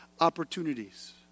opportunities